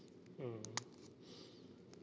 mm